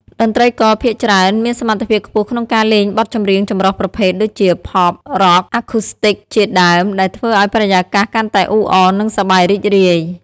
តន្ត្រីករភាគច្រើនមានសមត្ថភាពខ្ពស់ក្នុងការលេងបទចម្រៀងចម្រុះប្រភេទ ដូចជា ផប់, រ៉ក់, អាឃូស្ទីច ជាដើម ដែលធ្វើឱ្យបរិយាកាសកាន់តែអ៊ូអរ និងសប្បាយរីករាយ។